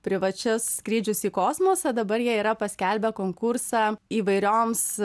privačius skrydžius į kosmosą dabar jie yra paskelbę konkursą įvairioms